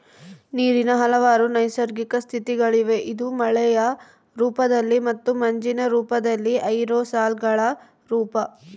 ನೀರಿನ ಹಲವಾರು ನೈಸರ್ಗಿಕ ಸ್ಥಿತಿಗಳಿವೆ ಇದು ಮಳೆಯ ರೂಪದಲ್ಲಿ ಮತ್ತು ಮಂಜಿನ ರೂಪದಲ್ಲಿ ಏರೋಸಾಲ್ಗಳ ರೂಪ